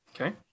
Okay